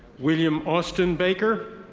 william austin baker.